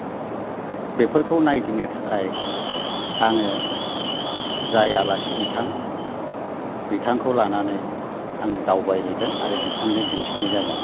बेफोरखौ नायदिंनो थाखाय आङो जाय आलासि बिथां बिथांखौ लानानै आङो दावबाय हैगोन आरो बिथांनो दिन्थिनाय जागोन